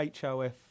HOF